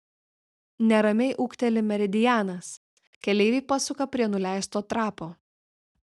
neramiai ūkteli meridianas keleiviai pasuka prie nuleisto trapo